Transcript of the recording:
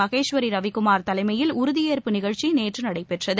மகேஸ்வரி ரவிக்குமார் தலைமையில் உறுதியேற்பு நிகழ்ச்சி நேற்று நடைபெற்றது